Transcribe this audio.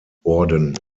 worden